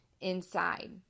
inside